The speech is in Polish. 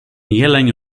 jeleń